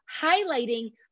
highlighting